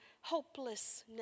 hopelessness